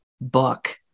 book